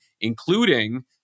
including